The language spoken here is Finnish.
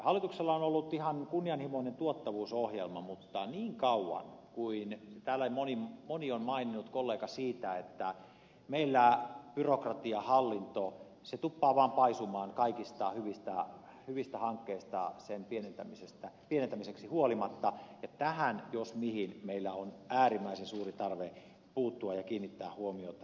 hallituksella on ollut ihan kunnianhimoinen tuottavuusohjelma mutta täällä moni kollega on maininnut siitä meillä byrokratia hallinto tuppaa vaan paisumaan huolimatta kaikista hyvistä hankkeista sen pienentämiseksi ja tähän jos mihin meillä on äärimmäisen suuri tarve puuttua ja kiinnittää huomiota